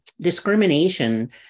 discrimination